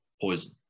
poison